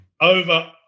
Over